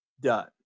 Done